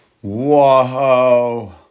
Whoa